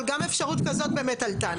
אבל גם אפשרות כזאת באמת עלתה.